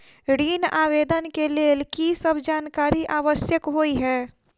ऋण आवेदन केँ लेल की सब जानकारी आवश्यक होइ है?